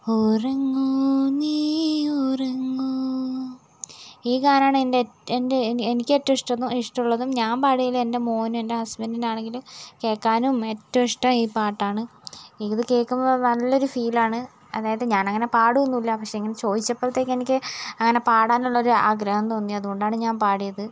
ഉറങ്ങൂ നീ ഉറങ്ങൂ ഈ ഗാനമാണ് എൻ്റെ എൻ്റെ എനിക്ക് ഏറ്റവും ഇഷ്ടം ഇഷ്ടം ഉള്ളതും ഞാൻ പാടിയതിൽ എൻ്റെ മകന് എൻ്റെ ഹസ്ബന്റിന് ആണെങ്കിലും കേൾക്കാനും ഏറ്റവും ഇഷ്ടം ഈ പാട്ടാണ് എനിക്കിത് കേൾക്കുമ്പോൾ നല്ലൊരു ഫീൽ ആണ് അതായത് ഞാൻ അങ്ങനെ പാടുകയൊന്നും ഇല്ല പക്ഷേ ഇങ്ങനെ ചോദിച്ചപ്പോഴത്തേയ്ക്ക് എനിക്ക് അങ്ങനെ പാടാനുള്ളൊരു ആഗ്രഹം തോന്നി അതുകൊണ്ടാണ് ഞാൻ പാടിയത്